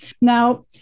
Now